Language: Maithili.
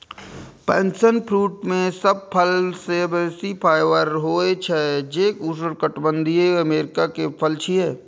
पैशन फ्रूट मे सब फल सं बेसी फाइबर होइ छै, जे उष्णकटिबंधीय अमेरिका के फल छियै